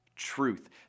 truth